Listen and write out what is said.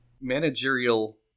managerial